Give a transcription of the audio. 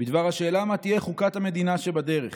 בדבר השאלה מה תהיה חוקת המדינה שבדרך.